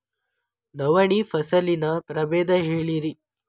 ನವಣಿ ಫಸಲಿನ ಪ್ರಭೇದ ಹೇಳಿರಿ